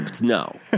No